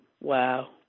wow